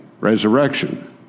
Resurrection